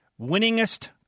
Winningest